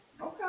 Okay